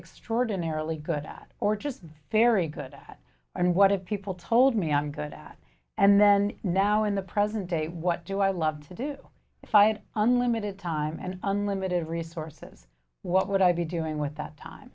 extraordinarily good at or just very good at and what if people told me i'm good at and then now in the present day what do i love to do if i had unlimited time and unlimited resources what would i be doing with that time